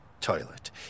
toilet